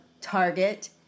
Target